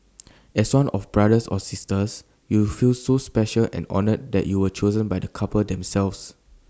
as one of brothers or sisters you feel so special and honoured that you were chosen by the couple themselves